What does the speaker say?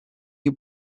you